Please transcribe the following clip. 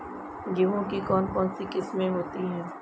गेहूँ की कौन कौनसी किस्में होती है?